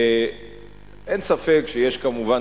ואין ספק שיש כמובן,